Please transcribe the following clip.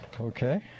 okay